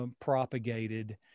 propagated